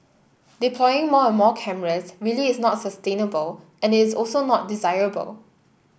deploying more and more cameras really is not sustainable and it's also not desirable